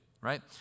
right